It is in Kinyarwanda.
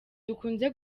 dukunze